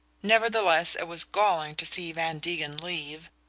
nevertheless it was galling to see van degen leave,